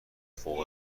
فوق